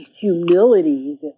humility